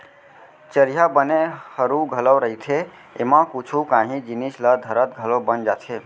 चरिहा बने हरू घलौ रहिथे, एमा कुछु कांही जिनिस ल धरत घलौ बन जाथे